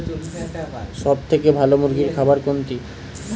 সবথেকে ভালো মুরগির খাবার কোনটি?